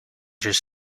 just